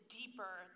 deeper